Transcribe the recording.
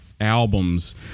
albums